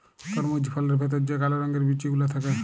তরমুজ ফলের ভেতর যে কাল রঙের বিচি গুলা থাক্যে